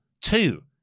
two